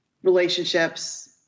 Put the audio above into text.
relationships